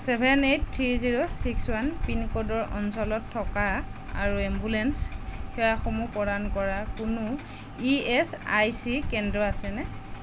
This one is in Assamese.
seven eight three zero six one পিনক'ডৰ অঞ্চলত থকা আৰু এম্বুলেন্স সেৱাসমূহ প্ৰদান কৰা কোনো ই এছ আই চি কেন্দ্ৰ আছেনে